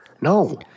No